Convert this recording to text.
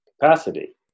capacity